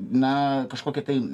na kažkokie tai